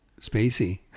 spacey